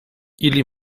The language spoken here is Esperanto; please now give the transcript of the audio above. ili